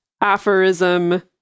aphorism